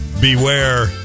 Beware